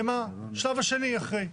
הם השלב השני אחרי.